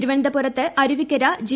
തിരുവന്ത്പുരത്ത് Aruvikkara G